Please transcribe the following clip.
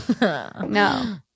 No